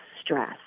stress